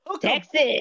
Texas